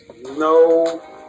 no